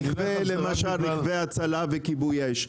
למשל רכבי הצלה וכיבוי אש,